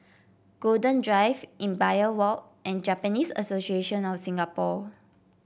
Golden Drive Imbiah Walk and Japanese Association of Singapore